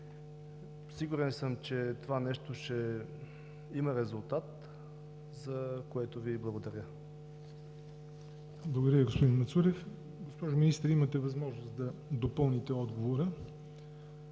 Сигурен съм, че това нещо ще има резултат, за което Ви благодаря. ПРЕДСЕДАТЕЛ ЯВОР НОТЕВ: Благодаря Ви, господин Мацурев. Госпожо Министър, имате възможност да допълните отговора